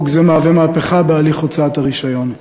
חוק זה מהווה מהפכה בהליך הוצאת הרישיון.